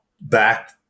back